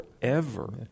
forever